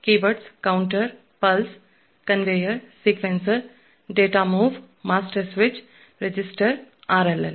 keyword counter pulse conveyor sequencer data move master switch register RLL